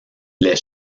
les